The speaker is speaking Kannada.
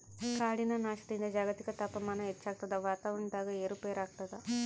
ಕಾಡಿನ ನಾಶದಿಂದ ಜಾಗತಿಕ ತಾಪಮಾನ ಹೆಚ್ಚಾಗ್ತದ ವಾತಾವರಣದಾಗ ಏರು ಪೇರಾಗ್ತದ